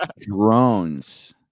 Drones